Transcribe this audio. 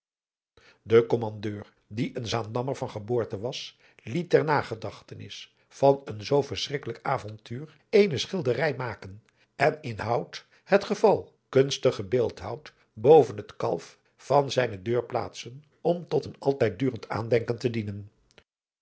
de kommandeur die een zaandammer van geboorte was liet ter gedachtenis van een zoo verschrikkelijk avontuur eene schilderij maken en in hout het geval kunstig gebeeldhouwd boven het kalf van zijne deur plaatsen om tot een altijd durend aandenken te dienen